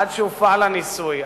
עד שהופעל הניסוי,